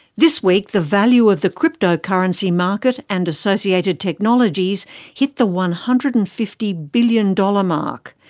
this week, the value of the crypto currency market and associated technologies hit the one hundred and fifty billion dollars mark,